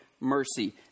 mercy